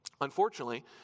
Unfortunately